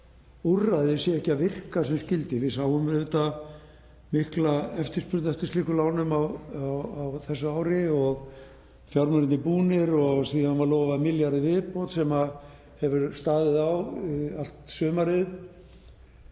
úrræði sé ekki að virka sem skyldi. Við sáum auðvitað mikla eftirspurn eftir slíkum lánum á þessu ári og fjármunirnir búnir og síðan var lofað milljarði í viðbót sem hefur staðið á allt sumarið.